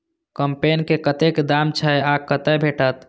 कम्पेन के कतेक दाम छै आ कतय भेटत?